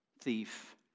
thief